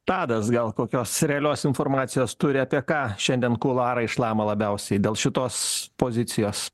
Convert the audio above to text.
tadas gal kokios realios informacijos turi apie ką šiandien kuluarai labiausiai dėl šitos pozicijos